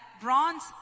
bronze